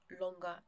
longer